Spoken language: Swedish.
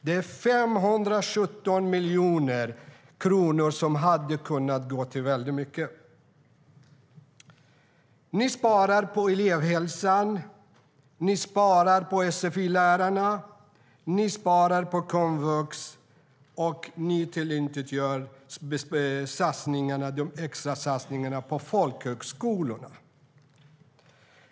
Det är 517 miljoner kronor som hade kunnat gå till väldigt mycket. Ni sparar på elevhälsan, sfi-lärarna och komvux och tillintetgör de extra satsningarna på folkhögskolorna.